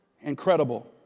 incredible